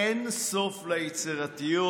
אין סוף ליצירתיות